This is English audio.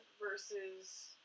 versus